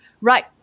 right